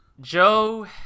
Joe